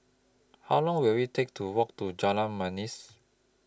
How Long Will IT Take to Walk to Jalan Manis